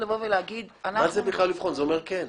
אומר שכן.